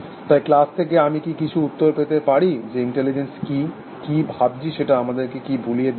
তাই ক্লাস থেকে আমি কি কিছু উত্তর পেতে পারি যে ইন্টেলিজেন্স কি কি ভাবছি সেটা আমাদেরকে কি ভুলিয়ে দিচ্ছে